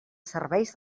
serveis